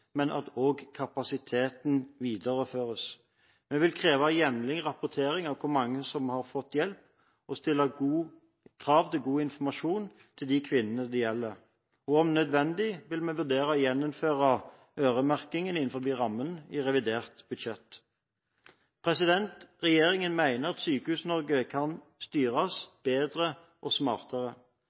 men også at kapasiteten videreføres. Vi vil kreve jevnlig rapportering av hvor mange som har fått hjelp, og stille krav til god informasjon til de kvinnene det gjelder. Om nødvendig vil vi vurdere å gjeninnføre øremerking innen rammen i revidert budsjett. Regjeringen mener at Sykehus-Norge kan styres bedre og smartere.